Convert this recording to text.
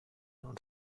und